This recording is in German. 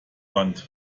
wand